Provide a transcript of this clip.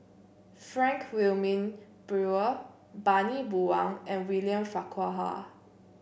Frank Wilmin Brewer Bani Buang and William Farquhar